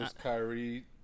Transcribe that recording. Kyrie